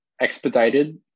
expedited